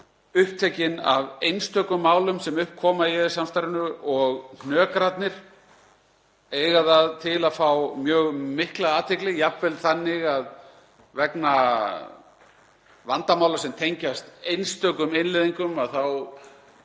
upptekin af einstökum málum sem upp koma í EES-samstarfinu og hnökrarnir eiga það til að fá mjög mikla athygli, jafnvel þannig að vegna vandamála sem tengjast einstökum innleiðingum þá